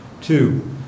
two